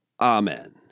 Amen